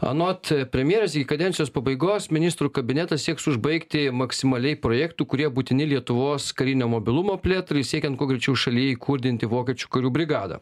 anot premjerės kadencijos pabaigos ministrų kabinetas sieks užbaigti maksimaliai projektų kurie būtini lietuvos karinio mobilumo plėtrai siekiant kuo greičiau šaly įkurdinti vokiečių karių brigadą